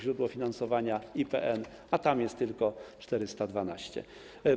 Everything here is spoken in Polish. Źródło finansowania: IPN, a tam jest tylko 412 mln.